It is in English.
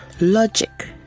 Logic